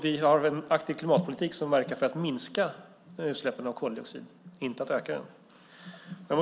Vi har en aktiv klimatpolitik som verkar för att minska utsläppen av koldioxid, inte att öka dem.